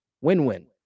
Win-win